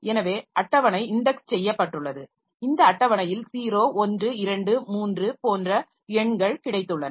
எனவே அட்டவணை இன்டெக்ஸ் செய்யப்பட்டுள்ளது இந்த அட்டவணையில் 0 1 2 3 போன்ற எண்கள் கிடைத்துள்ளன